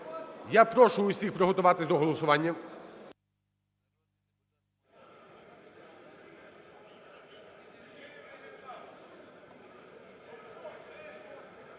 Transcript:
Я прошу всіх приготуватися до голосування.